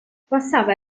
passava